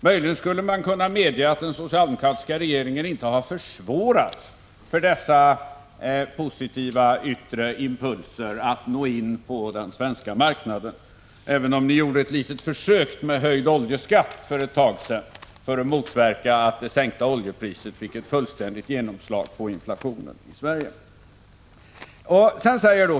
Möjligen skulle man kunna medge att den socialdemokratiska regeringen inte har försvårat för dessa positiva yttre impulser att nå in på den svenska marknaden, även om det gjordes ett litet försök med en höjning av oljeskatten för ett tag sedan i syfte att motverka att sänkningen av oljepriset skulle få ett fullständigt genomslag när det gällde inflationen i Sverige.